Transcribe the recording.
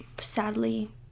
sadly